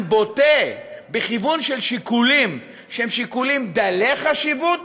בוטה בכיוון של שיקולים שהם דלי חשיבות